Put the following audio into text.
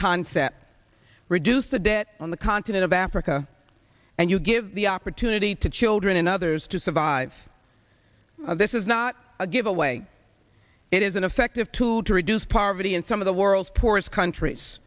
concept reduce the debt on the continent of africa and you give the opportunity to children and others to survive this is not a giveaway it is an effective tool to reduce poverty in some of the world's poorest countries